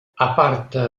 aparta